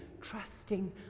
trusting